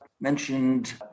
Mentioned